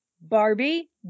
Barbie